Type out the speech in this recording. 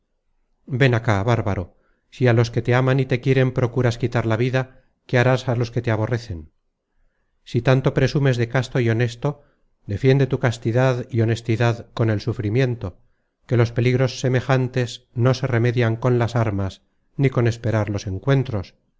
ven acá bárbaro si á los que te aman y te quieren procuras quitar la vida qué harás á los content from google book search generated at te aborrecen si tanto presumes de casto y honesto defiende tu castidad y honestidad con el sufrimiento que los peligros semejantes no se remedian con las armas ni con esperar los encuentros